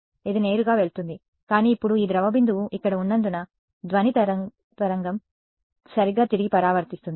ఇది నేరుగా వెళుతుంది కానీ ఇప్పుడు ఈ ద్రవ బిందువు ఇక్కడ ఉన్నందున ధ్వని తరంగం సరిగ్గా తిరిగి పరావర్తింస్తుంది